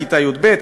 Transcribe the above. כיתה י"ב,